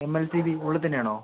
M L C V ഉള്ളിൽ തന്നെ ആണോ